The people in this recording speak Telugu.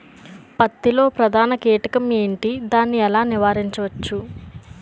పత్తి లో ప్రధాన కీటకం ఎంటి? దాని ఎలా నీవారించచ్చు?